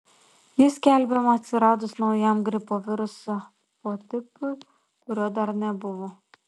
ji skelbiama atsiradus naujam gripo viruso potipiui kurio dar nebuvo